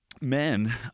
Men